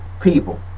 people